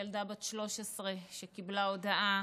ילדה בת 13 שקיבלה הודעה